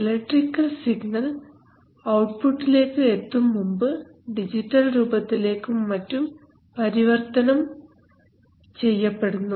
electrical signal output ലേക്ക് എത്തും മുൻപ് ഡിജിറ്റൽ രൂപത്തിലേക്കും മറ്റും പരിവർത്തനം ചെയ്യപ്പെടുന്നു